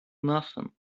nothing